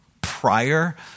prior